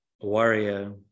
warrior